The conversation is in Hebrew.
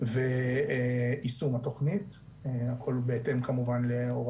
רשויות מקומיות מהוות